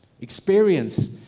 experience